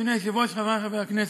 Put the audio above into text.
אדוני היושב-ראש, חברי חברי הכנסת,